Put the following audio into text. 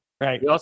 Right